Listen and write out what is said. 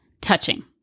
touching